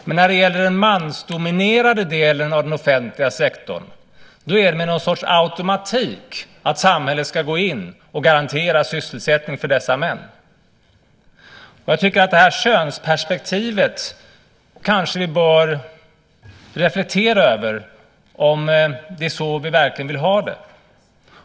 Men när det gäller den mansdominerade delen av den offentliga sektorn ska samhället med någon sorts automatik gå in och garantera sysselsättning för dessa män. Vi bör kanske reflektera över det här könsperspektivet. Är det så här vi verkligen vill ha det?